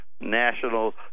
national